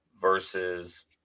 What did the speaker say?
versus